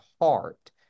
heart